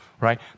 right